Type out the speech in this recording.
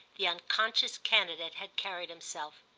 the unconscious candidate had carried himself.